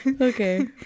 okay